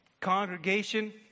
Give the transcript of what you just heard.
Congregation